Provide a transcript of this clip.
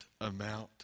amount